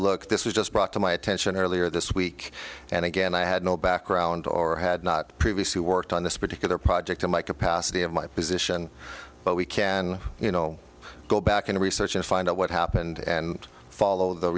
look this was just brought to my attention earlier this week and again i had no background or had not previously worked on this particular project in my capacity of my position but we can you know go back and research and find out what happened and follow the